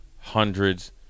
hundreds